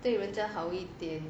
对人家好一点